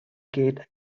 gate